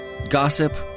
Gossip